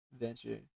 adventure